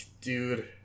dude